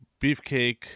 Beefcake